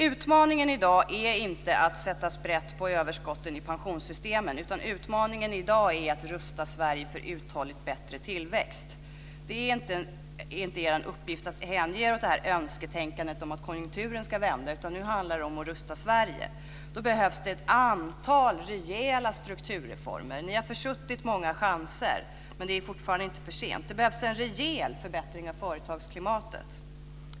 Utmaningen i dag är inte att sätta sprätt på överskotten i pensionssystemen, utan utmaningen i dag är att rusta Sverige för en uthålligt bättre tillväxt. Det är inte er uppgift att hänge er åt önsketänkande om att konjunkturen ska vända, utan nu handlar det om att rusta Sverige. Då behövs det ett antal rejäla strukturreformer. Ni har försuttit många chanser men det är fortfarande inte för sent. Det behövs en rejäl förbättring av företagsklimatet.